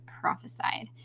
prophesied